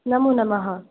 नमो नमः